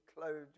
clothed